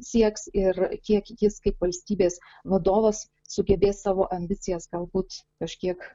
sieks ir kiek jis kaip valstybės vadovas sugebės savo ambicijas galbūt kažkiek